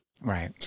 Right